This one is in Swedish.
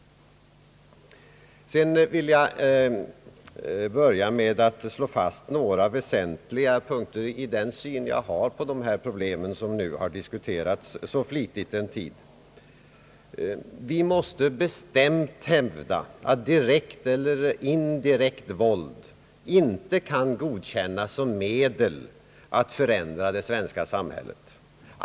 Sedan vill jag till att börja med slå fast några väsentliga punkter i den syn jag har på de problem som nu en tid har diskuterats så flitigt. Vi måste bestämt hävda att direkt eller indirekt våld inte kan godkännas som medel att förändra det svenska samhället.